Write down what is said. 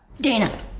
Dana